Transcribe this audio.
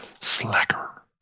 Slacker